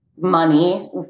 money